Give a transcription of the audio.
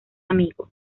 amigo